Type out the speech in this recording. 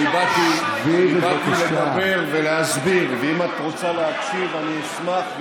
באתי לדבר ולהסביר, ואם את רוצה להקשיב, אני אשמח.